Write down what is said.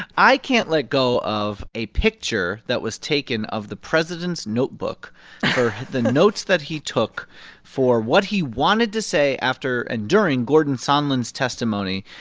i can't let go of a picture that was taken of the president's notebook for the notes that he took for what he wanted to say after and during gordon sondland's testimony,